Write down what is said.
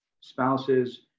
spouses